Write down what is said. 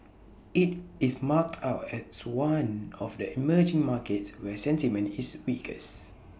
IT is marked out as one of the emerging markets where sentiment is weakest